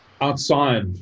outside